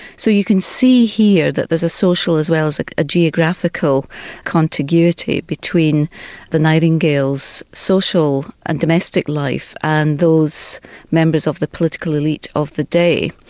so you can see here that there's a social as well as like a geographical contiguity between the nightingales' social and domestic life, and those members of the political elite of the day.